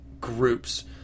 groups